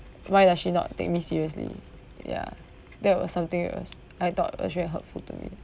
why does she not take me seriously yeah that was something that was I thought was really hurtful to me